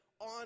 on